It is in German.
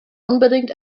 unbedingt